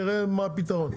נראה מה הפתרון,